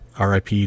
RIP